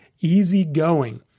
easygoing